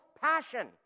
passion